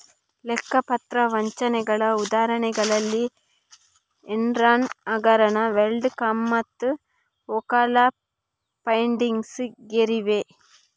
ಲೆಕ್ಕ ಪತ್ರ ವಂಚನೆಗಳ ಉದಾಹರಣೆಗಳಲ್ಲಿ ಎನ್ರಾನ್ ಹಗರಣ, ವರ್ಲ್ಡ್ ಕಾಮ್ಮತ್ತು ಓಕಾಲಾ ಫಂಡಿಂಗ್ಸ್ ಗೇರಿವೆ